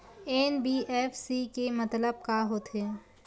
NBFC के मतलब का होथे?